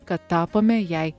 kad tapome jai